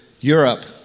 Europe